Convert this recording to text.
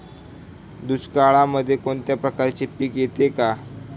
दुष्काळामध्ये कोणत्या प्रकारचे पीक येते का?